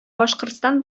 башкортстан